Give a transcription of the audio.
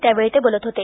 त्यावेळी ते बोलत होते